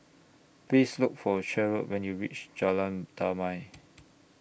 Please Look For Cheryle when YOU REACH Jalan Damai